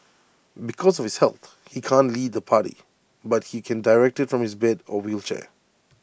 because of his health he can't lead the party but he can direct IT from his bed or wheelchair